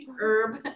Herb